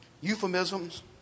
euphemisms